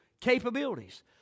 capabilities